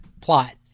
plot